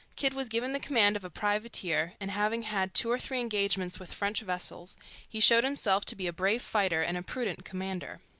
kidd was given the command of a privateer, and having had two or three engagements with french vessels he showed himself to be a brave fighter and a prudent commander.